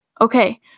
Okay